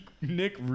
Nick